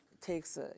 takes